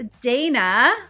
Dana